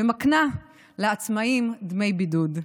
המקנה לעצמאים דמי בידוד,